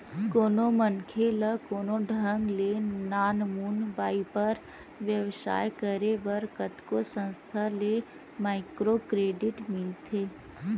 कोनो मनखे ल कोनो ढंग ले नानमुन बइपार बेवसाय करे बर कतको संस्था ले माइक्रो क्रेडिट मिलथे